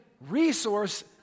resource